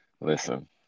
Listen